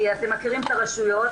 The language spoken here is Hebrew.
כי אתם מכירים את הרשויות,